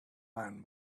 man